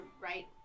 right